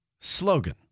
slogan